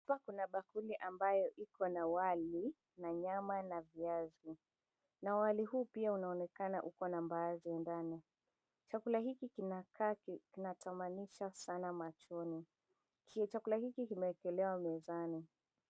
Apa kuna bakuli ambayo iko na wali, na nyama, na viazi, na wali huu pia unaonekana uko na mbaazi ndani, chakula hiki kinakaa kinatamanisha sana machoni, chakula hiki kimeekelewa mezani.